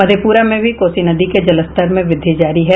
मधेपुरा में भी कोसी नदी के जलस्तर में भी वृद्धि जारी है